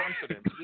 confidence